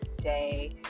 day